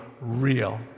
real